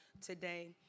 today